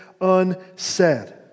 unsaid